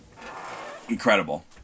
incredible